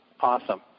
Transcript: Awesome